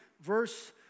verse